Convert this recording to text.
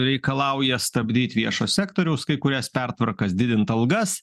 reikalauja stabdyti viešo sektoriaus kai kurias pertvarkas didint algas